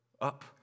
up